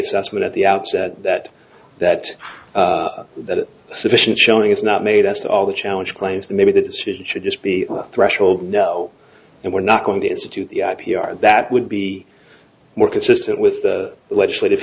assessment at the outset that that that sufficient showing is not made as to all the challenge claims that maybe the decision should just be a threshold no and we're not going to institute the i p r that would be more consistent with the legislative